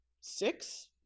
six